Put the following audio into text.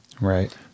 Right